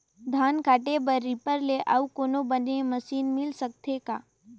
धान काटे बर रीपर ले अउ कोनो बने मशीन मिल सकथे का?